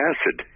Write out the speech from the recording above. Acid